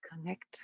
Connect